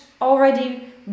already